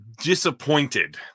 disappointed